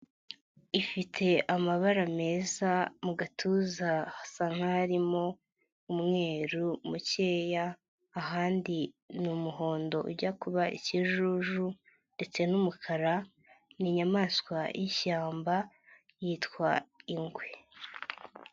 Ifite amabara meza, mu gatuza hasa nk'aharimo umweru mukeya, ahandi ni umuhondo ujya kuba ikijuju ndetse n'umukara, ni inyamaswa y'ishyamba, yitwa ingwe.